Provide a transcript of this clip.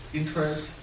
interest